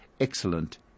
excellent